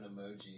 emoji